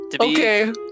Okay